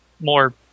more